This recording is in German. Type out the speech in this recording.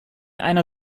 einer